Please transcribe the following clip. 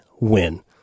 win